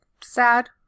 sad